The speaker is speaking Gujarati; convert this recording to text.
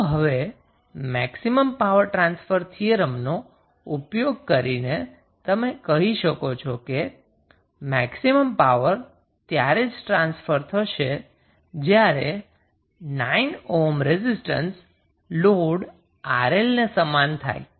તો હવે મેક્સિમમ પાવર ટ્રાન્સફર થીયરમનો ઉપયોગ કરીને તમે કહી શકો છો કે મેક્સિમમ પાવર ત્યારે જ ટ્રાન્સફર થશે જ્યારે 9 ઓહ્મ રેઝિસ્ટન્સ લોડ 𝑅𝐿 ને સમાન થાય